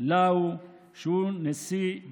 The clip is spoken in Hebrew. ועדת השרים לענייני חקיקה לא אישרה את החוק הזה,